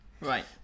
Right